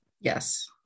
Yes